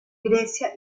grecia